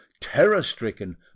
terror-stricken